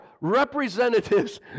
representatives